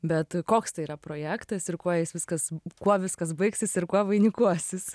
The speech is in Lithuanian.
bet koks tai yra projektas ir kuo jis viskas kuo viskas baigsis ir kuo vainikuosis